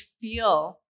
feel